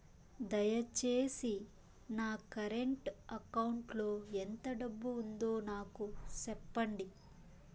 దయచేసి నా current account లో ఎంత డబ్బు ఉందో నాకు సెప్పండి